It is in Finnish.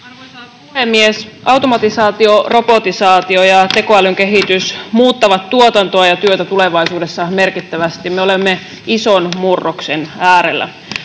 Arvoisa puhemies! Automatisaatio, robotisaatio ja tekoälyn kehitys muuttavat tuotantoa ja työtä tulevaisuudessa merkittävästi. Me olemme ison murroksen äärellä.